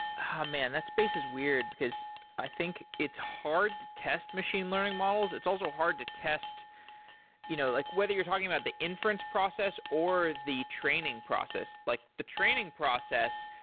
ah man, that space is weird, because i think it's hard test machine learning models. it's also hard to test you know like whether you're talking about the inference process, or the training process. like the training process,